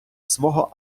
свого